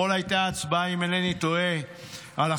אם איני טועה אתמול הייתה הצבעה על